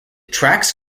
tracks